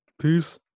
Peace